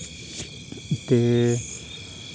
ते